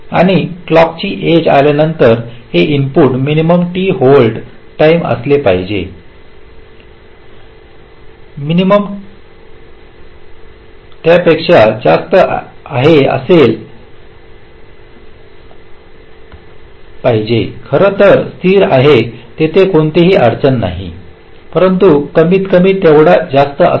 आणि क्लॉक ची एज आल्यानंतर हे input minimum t hold time असले पाहिजे मिनिमम त्यापेक्षा जास्त होय असले पाहिजे खरं तर स्थिर आहे तिथे कोणतीही अडचण नाही परंतु कमीतकमी तेवढे जास्त असावे